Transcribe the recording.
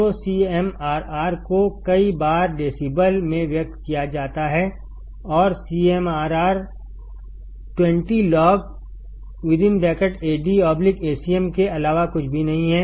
तो सीएमआरआर को कई बार डेसीबल में व्यक्त किया जाता है और सीएमआरआर 20log Ad Acm के अलावा कुछ नहीं है